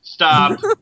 Stop